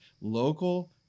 Local